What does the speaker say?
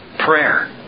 prayer